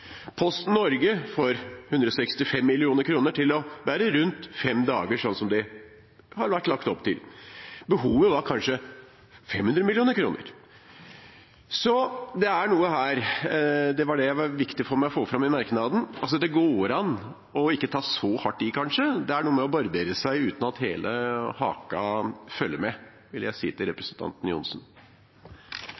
Norge får 165 mill. kr for å bære post rundt fem dager, slik det er lagt opp til. Behovet er kanskje på 500 mill. kr. Så det er noe her. Det var det som var viktig for meg å få fram i merknaden. Det går kanskje an å ikke ta så hardt i. Det er noe med å barbere seg uten at hele haka følger med – vil jeg si til